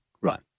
Right